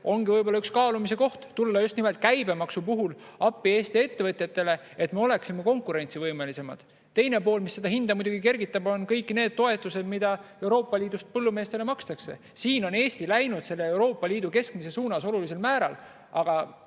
ongi üks kaalumise koht tulla just nimelt käibemaksu puhul appi Eesti ettevõtjatele, et me oleksime konkurentsivõimelisemad. Teine pool, mis seda hinda muidugi kergitab, on kõik need toetused, mida Euroopa Liit põllumeestele maksab. Siin on Eesti läinud olulisel määral Euroopa Liidu keskmise suunas, aga